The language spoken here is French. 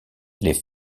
les